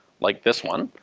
like this one,